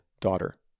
daughter